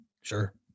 sure